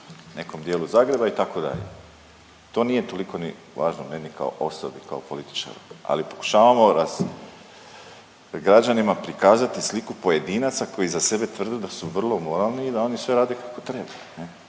nekom dijelu Zagreba, itd., to nije toliko ni važno meni kao osobi, kao političaru, ali pokušavamo ras, građanima prikazati sliku pojedinaca koji za sebe tvrde da su vrlo moralni i da oni sve rade kako treba,